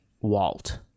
Walt